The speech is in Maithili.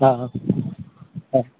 हँ हैं अच्छा